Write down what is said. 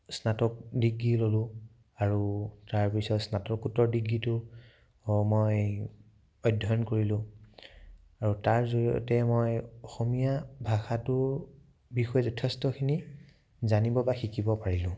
স্নাতক ডিগ্ৰী ল'লো আৰু তাৰপিছত স্নাতকোত্তৰ ডিগ্ৰীটো অঁ মই অধ্যয়ন কৰিলোঁ আৰু তাৰ জৰিয়তে মই অসমীয়া ভাষাটোৰ বিষয়ে যথেষ্টখিনি জানিব বা শিকিব পাৰিলোঁ